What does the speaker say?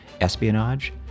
espionage